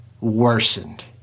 worsened